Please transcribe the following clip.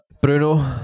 Bruno